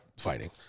fighting